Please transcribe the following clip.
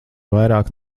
vairāk